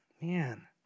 man